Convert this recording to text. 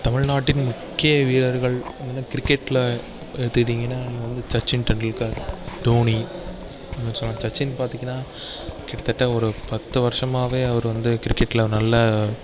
தமிழ்நாட்டின் முக்கிய வீரர்கள் வந்து கிரிக்கெட்டில் எடுத்துக்கிட்டீங்கன்னா அது வந்து சச்சின் டெண்டுல்கர் தோனி இன்னும் சொன்னால் சச்சின் பார்த்திங்கன்னா கிட்டத்தட்ட ஒரு பத்து வருஷமாகவே அவர் வந்து கிரிக்கெட்டில் நல்ல